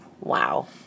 Wow